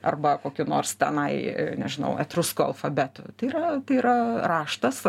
arba kokiu nors tenai nežinau etruskų alfabetu tai yra tai yra raštas